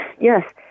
yes